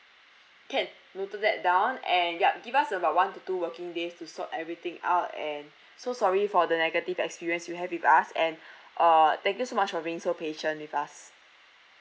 can noted that down and yup give us about one to two working days to sort everything out and so sorry for the negative experience you have with us and uh thank you so much for being so patient with us